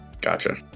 Gotcha